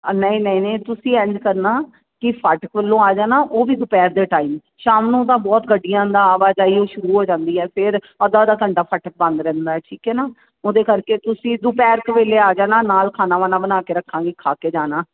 ਨਹੀਂ ਨਹੀਂ ਨਹੀਂ ਤੁਸੀਂ ਇੰਝ ਕਰਨਾ ਕਿ ਫਾਟਕ ਵੱਲੋਂ ਆ ਜਾਣਾ ਉਹ ਵੀ ਦੁਪਹਿਰ ਦੇ ਟਾਈਮ ਸ਼ਾਮ ਨੂੰ ਤਾਂ ਬਹੁਤ ਗੱਡੀਆਂ ਦਾ ਆਵਾਜਾਈ ਸ਼ੁਰੂ ਹੋ ਜਾਂਦੀ ਹੈ ਫਿਰ ਅੱਧਾ ਅੱਧਾ ਘੰਟਾ ਫਾਟਕ ਬੰਦ ਰਹਿੰਦਾ ਠੀਕ ਹੈ ਨਾ ਉਹਦੇ ਕਰਕੇ ਤੁਸੀਂ ਦੁਪਹਿਰ ਕੁ ਵੇਲੇ ਆ ਜਾਣਾ ਨਾਲ ਖਾਣਾ ਬਾਣਾ ਬਣਾ ਕੇ ਰੱਖਾਂਗੇ ਖਾ ਕੇ ਜਾਣਾ